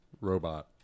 robot